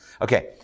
Okay